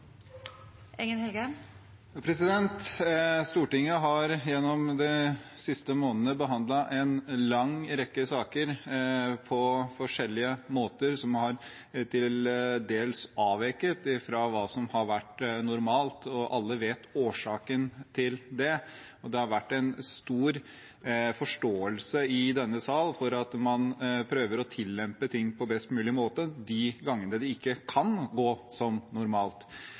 Stortinget har gjennom de siste månedene behandlet en lang rekke saker på forskjellige måter som har til dels avveket fra hva som har vært normalt. Alle vet årsaken til det. Det har vært stor forståelse i denne salen for at man må prøve å tillempe ting på best mulig måte de gangene det ikke kan gå som normalt.